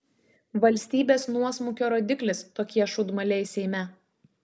valstybės nuosmukio rodiklis tokie šūdmaliai seime